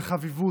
בחביבות,